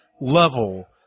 level